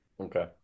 Okay